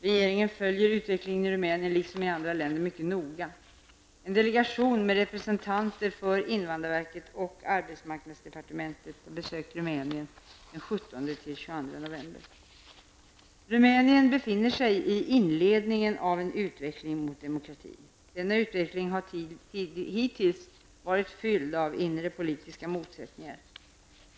Regeringen följer utvecklingen i Rumänien, liksom i andra länder, mycket noga. En delegation med representanter för invandrarverket och arbetsmarknadsdepartementet har besökt Rumänien befinner sig i inledningen av en utveckling mot demokrati. Denna utveckling har hittills varit fylld av inre politiska motsättningar.